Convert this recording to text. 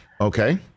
okay